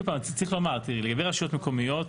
לגבי רשויות מקומיות,